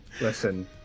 listen